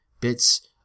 bits